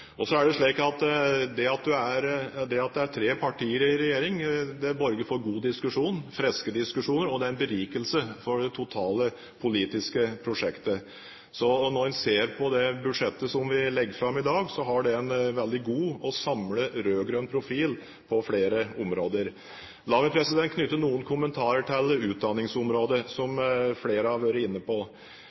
tre partier i en regjering, borger for god diskusjon – friske diskusjoner – og det er en berikelse for det totale politiske prosjektet. Når man ser på det budsjettet som vi legger fram i dag, har det på flere områder en veldig god og samlet rød-grønn profil. La meg knytte noen kommentarer til utdanningsområdet, som flere har vært inne på.